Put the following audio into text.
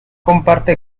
comparte